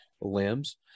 limbs